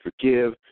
forgive